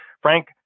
Frank